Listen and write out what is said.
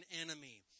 enemy